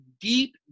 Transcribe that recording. deep